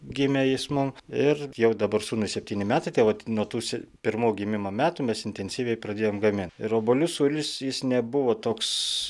gimė jis mum ir jau dabar sūnui septyni metai tai vat nuo tų se pirmų gimimo metų mes intensyviai pradėjom gamint ir obuolių sūris jis nebuvo toks